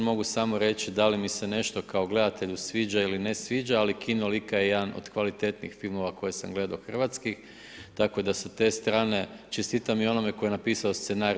Mogu samo reći, da li mi se nešto kao gledatelju sviđa ili ne sviđa, ali Kino Lika je jedan od kvalitetnijih filmova, koje sam gledao hrvatski, tako da sa te strane, čestitima i onome tko je napisao scenarij.